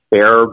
fair